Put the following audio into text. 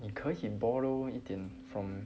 你可以 borrow 一点